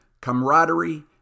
camaraderie